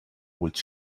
which